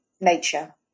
nature